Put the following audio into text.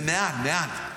הם מעל, מעל.